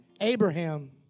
Abraham